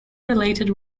related